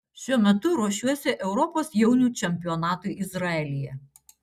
šiuo metu ruošiuosi europos jaunių čempionatui izraelyje